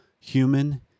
human